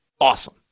awesome